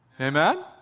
Amen